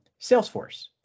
salesforce